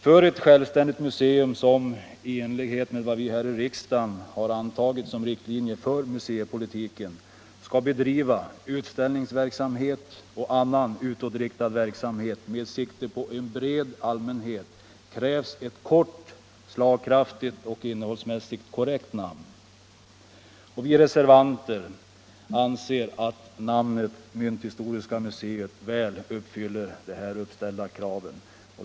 För ett självständigt museum som i enlighet med den riktlinje för museipolitiken, som vi här i riksdagen har antagit, skall bedriva utställningsverksamhet och annan utåtriktad verksamhet med sikte på en bred allmänhet krävs ett kort, slagkraftigt och innehållsmässigt korrekt namn. Vi reservanter anser att namnet mynthistoriska museet väl uppfyller de uppställda kraven.